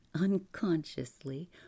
unconsciously